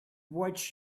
watched